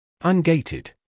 Ungated